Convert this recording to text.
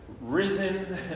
risen